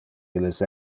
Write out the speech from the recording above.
illes